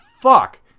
fuck